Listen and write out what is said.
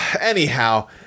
Anyhow